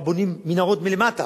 כבר בונים מנהרות מלמטה,